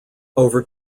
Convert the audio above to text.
over